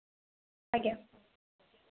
ଆଜ୍ଞା